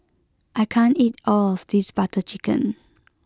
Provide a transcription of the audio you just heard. I can't eat all of this Butter Chicken